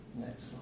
Next